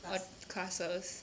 class classes